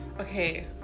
Okay